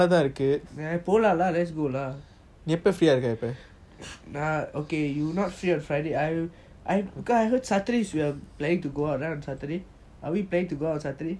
போலாம்ல:polamla let's go lah நான்:naan okay you not free on friday I heard saturdays we are planning to go out right are we planning to go out on saturday